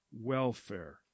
welfare